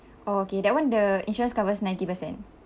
oh okay that one the insurance covers ninety percent